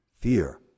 Fear